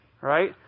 right